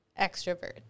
extrovert